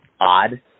odd